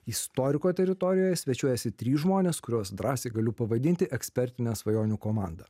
istoriko teritorijoje svečiuojasi trys žmonės kuriuos drąsiai galiu pavadinti ekspertine svajonių komanda